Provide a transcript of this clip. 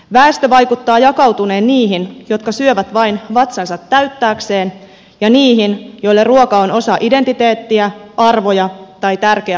väestö vaikuttaa jakautuneen niihin jotka syövät vain vatsansa täyttääkseen ja niihin joille ruoka on osa identiteettiä arvoja tai tärkeä harrastus